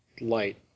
light